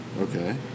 Okay